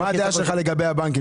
מה דעתך לגבי הבנקים?